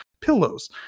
pillows